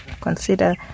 consider